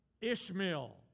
Ishmael